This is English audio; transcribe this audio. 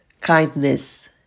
kindness